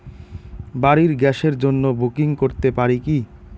বাড়ির গ্যাসের জন্য বুকিং করতে পারি কি?